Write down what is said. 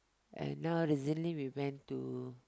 and now recently we went to